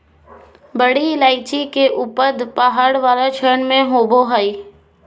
बड़ी इलायची के उपज पहाड़ वाला क्षेत्र में होबा हइ